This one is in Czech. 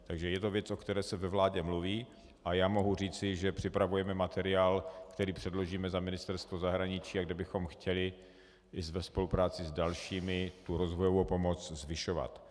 Takže je to věc, o které se ve vládě mluví, a já mohu říci, že připravujeme materiál, který předložíme za Ministerstvo zahraničí a kde bychom chtěli i ve spolupráci s dalšími tu rozvojovou pomoc zvyšovat.